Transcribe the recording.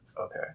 Okay